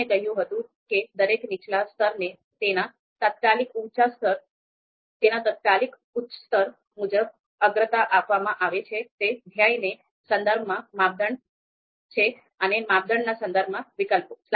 જેમ મેં કહ્યું હતું કે દરેક નીચલા સ્તરને તેના તાત્કાલિક ઉચ્ચ સ્તર મુજબ અગ્રતા આપવામાં આવે છે તે ધ્યેયના સંદર્ભમાં માપદંડ છે અને માપદંડના સંદર્ભમાં વિકલ્પો